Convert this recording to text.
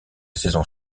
saison